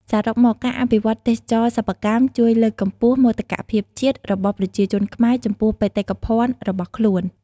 សរុបមក ការអភិវឌ្ឍន៍ទេសចរណ៍សិប្បកម្មជួយលើកកម្ពស់ មោទកភាពជាតិ របស់ប្រជាជនខ្មែរចំពោះបេតិកភណ្ឌរបស់ខ្លួន។